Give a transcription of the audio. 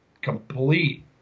complete